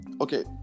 okay